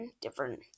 different